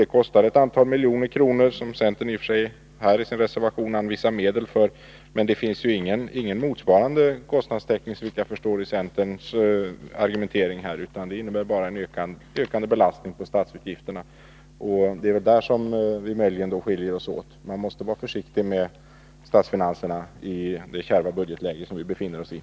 Detta kostar ett antal miljoner kronor, som centern i sin reservation i och för sig vill anvisa medel för, men det finns såvitt jag förstår ingen kostnadstäckning i centerns förslag, utan det innebär enbart en ökad belastning av statsutgifterna. På den punkten skiljer vi oss åt. Man måste vara litet försiktig med statsfinanserna i det kärva budgetläge som vi nu har.